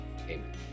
amen